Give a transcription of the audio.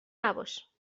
نباش